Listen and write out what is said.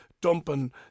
dumping